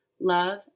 love